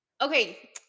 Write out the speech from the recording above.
Okay